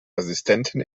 assistentin